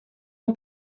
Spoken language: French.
mon